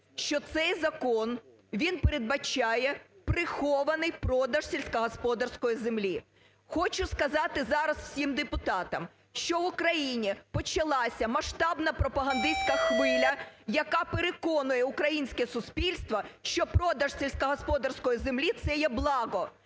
що цей закон, він передбачає прихований продаж сільськогосподарської землі. Хочу сказати зараз всім депутатам, що в Україні почалася масштабна пропагандистська хвиля, яка переконує українське суспільство, що продаж сільськогосподарської землі це є благо.